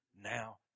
now